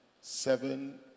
seven